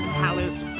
palace